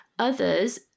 others